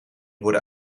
worden